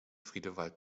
friedewald